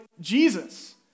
Jesus